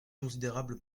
considérable